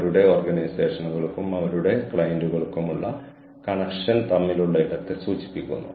പക്ഷേ ഞാൻ എങ്ങനെയാണ് സംസാരിക്കുന്നതെന്നും ഈ മുറി എങ്ങനെയിരിക്കുന്നുവെന്നും അവർക്ക് വിദ്യാർത്ഥികളെ കാണിക്കാൻ കഴിയുമെങ്കിൽ അത് നന്നായിരിക്കും